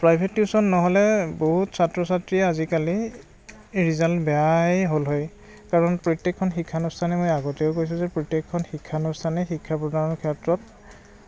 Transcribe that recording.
private tuition নহ'লে বহুত ছাত্ৰ ছাত্ৰীয়ে আজিকালি ৰিজাল্ট বেয়াই হ'ল হয় কাৰণ প্ৰত্যেকখন শিক্ষানুষ্ঠানে মই আগতেও কৈছোঁ যে প্ৰত্যেকখন শিক্ষানুষ্ঠানেই শিক্ষা প্ৰদানৰ ক্ষেত্ৰত